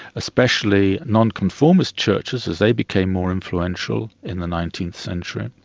especially nonconformist churches as they became more influential in the nineteenth century.